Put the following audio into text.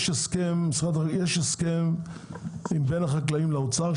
יש הסכם בין החקלאים לבין האוצר,